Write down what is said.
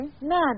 None